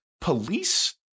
police